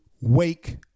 Wake